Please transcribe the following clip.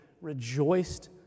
rejoiced